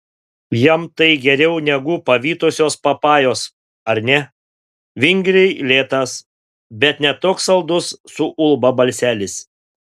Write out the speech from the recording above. jam tai geriau negu pavytusios papajos ar ne vingriai lėtas bet ne toks saldus suulba balselis